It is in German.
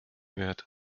wird